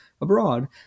abroad